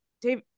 Dave